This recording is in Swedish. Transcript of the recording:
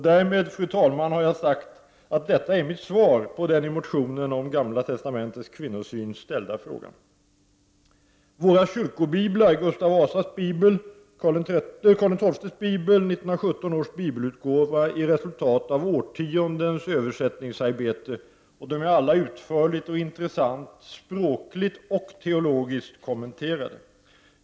Därmed, fru talman, har jag sagt att detta är mitt svar på den i motionen om Gamla testamentets kvinnosyn ställda frågan. Våra kyrkobiblar, Gustav Vasas bibel, Karl XII:s bibel och 1917 års bibelutgåva, är resultat av årtiondens översättningsarbete, och de är alla utförligt och intressant språkligt och teologiskt kommenterade.